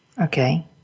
Okay